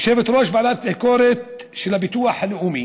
יושבת-ראש ועדת הביקורת של הביטוח הלאומי